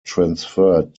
transferred